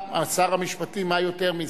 שר המשפטים, מה יותר מזה.